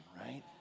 right